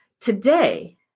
today